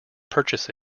purchase